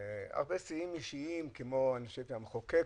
הרבה שיאים אישיים כמו מחוקק,